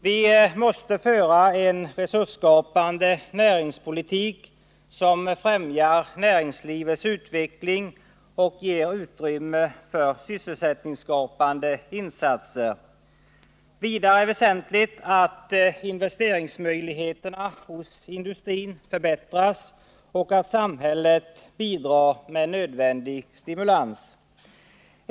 Vi måste föra en resursskapande näringspolitik som främjar näringslivets utveckling och ger utrymme för sysselsättningsskapande insatser. Vidare är det väsentligt att investeringsmöjligheterna hos industrin förbättras och att samhället bidrar med nödvändig stimulans.